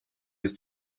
his